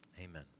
Amen